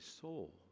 soul